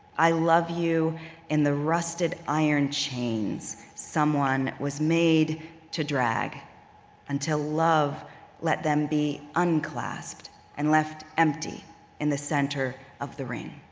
i love you in the rusted iron chains someone was made to drag until love let them be unclasped and left empty in the center of the ring.